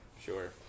sure